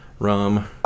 rum